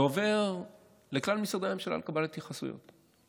זה עובר לכלל משרדי הממשלה לקבלת התייחסויות,